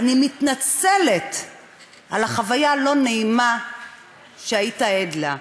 אני מתנצלת על החוויה הלא-נעימה שהיית עד לה,